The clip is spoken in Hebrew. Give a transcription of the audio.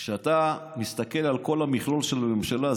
כשאתה מסתכל על כל המכלול של הממשלה,